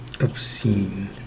obscene